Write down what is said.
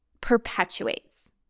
perpetuates